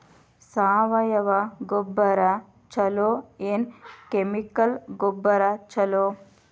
ಸಾವಯವ ಗೊಬ್ಬರ ಛಲೋ ಏನ್ ಕೆಮಿಕಲ್ ಗೊಬ್ಬರ ಛಲೋ?